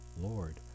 Lord